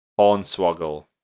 Hornswoggle